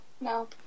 no